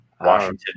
Washington